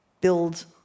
build